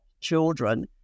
children